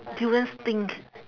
durians stink